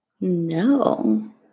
No